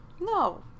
No